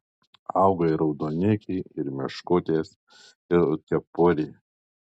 auga ir raudonikiai ir meškutės ir rudkepuriai